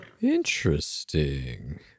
Interesting